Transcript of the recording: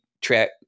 track